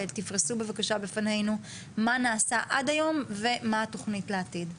תפרסו בבקשה בפנינו מה נעשה עד היום ומה התוכנית לעתיד.